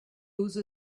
lose